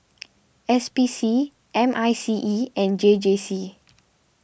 S P C M I C E and J J C